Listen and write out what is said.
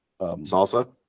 Salsa